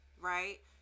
right